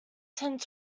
tend